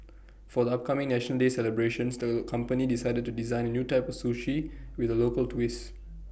for the upcoming National Day celebrations the company decided to design A new type of sushi with A local twist